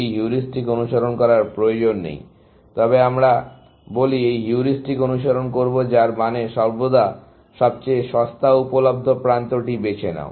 এই হিউরিস্টিক অনুসরণ করার প্রয়োজন নেই তবে আমরা বলি এই হিউরিস্টিক অনুসরণ করব যার মানে সর্বদা সবচেয়ে সস্তা উপলব্ধ প্রান্তটি বেছে নাও